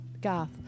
Garth